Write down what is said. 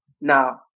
Now